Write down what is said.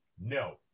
no